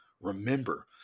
remember